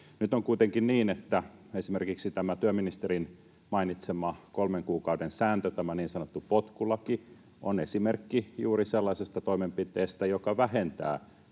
Nyt on kuitenkin niin, että esimerkiksi tämä työministerin mainitsema kolmen kuukauden sääntö, tämä niin sanottu potkulaki, on esimerkki juuri sellaisesta toimenpiteestä, joka vähentää